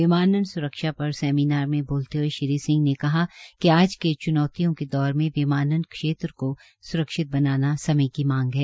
विमानन सुरक्षा पर सैमीनार में बोलते हुए श्री सिंह ने कि आज के च्नौतियों के दौरे में विमानन क्षेत्र को स्रक्षित बनाना समय की मांग है